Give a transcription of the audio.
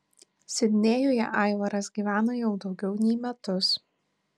sidnėjuje aivaras gyvena jau daugiau nei metus